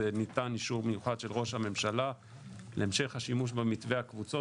ניתן אישור מיוחד של ראש הממשלה להמשך השימוש במתווה הקבוצות